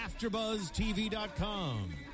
AfterBuzzTV.com